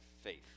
faith